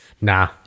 nah